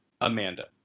Amanda